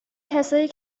کسایی